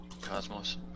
Cosmos